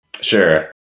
sure